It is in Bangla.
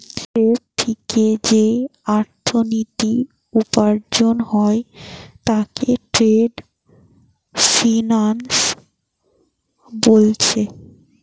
ট্রেড থিকে যেই অর্থনীতি উপার্জন হয় তাকে ট্রেড ফিন্যান্স বোলছে